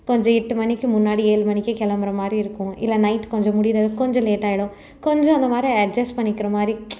கொஞ்சம் எட்டு மணிக்கு முன்னாடி ஏழு மணிக்கு கிளம்புற மாதிரி இருக்கும் இல்லை நைட் கொஞ்சம் முடிகிறது கொஞ்சம் லேட்டாகிடும் கொஞ்சம் அந்த மாதிரி அஜெஸ்ட் பண்ணிக்கிற மாதிரி